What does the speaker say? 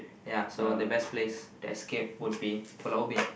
ya so the best place to escape would be Pulau-Ubin